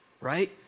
Right